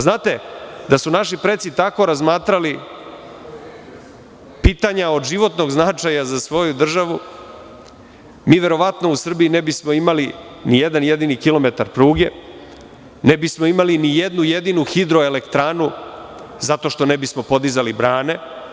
Znate, da su naši preci tako razmatrali pitanja od životnog značaja za svoju državu, verovatno u Srbiji ne bismo imali ni jedan jedini kilometar pruge, ne bismo imali ni jednu jedinu hidroelektranu, zato što ne bismo podizali brane.